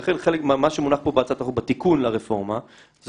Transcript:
לכן חלק ממה שמונח פה בתיקון לרפורמה זה